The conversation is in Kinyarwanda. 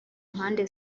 mpande